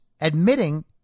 admitting